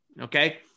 Okay